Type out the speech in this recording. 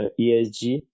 ESG